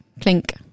clink